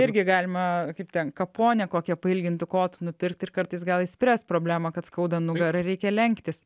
irgi galima kaip ten kaponę kokią pailgintu kotu nupirkti ir kartais gal išspręs problemą kad skauda nugarą reikia lenktis